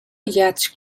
yacht